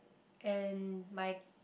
and my